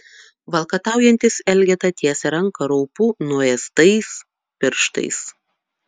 valkataujantis elgeta tiesia ranką raupų nuėstais pirštais